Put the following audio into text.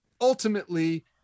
ultimately